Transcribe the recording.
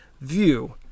view